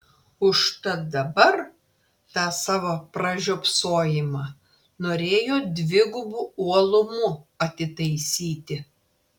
užtat dabar tą savo pražiopsojimą norėjo dvigubu uolumu atitaisyti